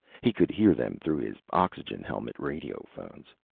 he could hear them through his oxygen-helmet radiophones.